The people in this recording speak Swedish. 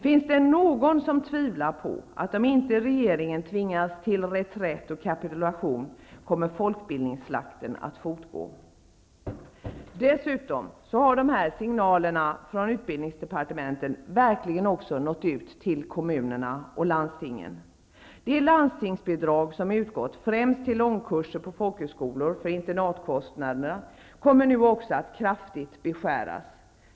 Finns det någon som tvivlar på, att om inte regeringen tvingas till reträtt och kapitulation kommer folkbildningsslakten att fortgå? Dessutom har signalerna från utbildningsdepartementet verkligen nått ut till kommunerna och landstingen. De landstingsbidrag som utgått främst till långkurser på folkhögskolor för att täcka internatkostnaderna kommer att kraftigt beskäras.